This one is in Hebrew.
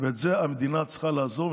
ובזה המדינה צריכה לעזור.